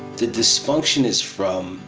the dysfunction is from